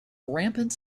rampant